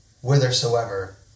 whithersoever